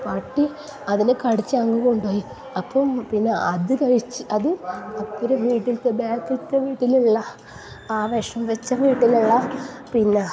പട്ടി അതിനെ കടിച്ച് അങ്ങ് കൊണ്ടുപോയി അപ്പം പിന്നെ അത് കഴിച്ച് അത് അപ്പുറത്തെ വീട്ടിലത്തെ ബാക്കിലെ വീട്ടിലുള്ള ആ വിഷം വെച്ച വീട്ടിലുള്ള പിന്നെ